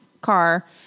car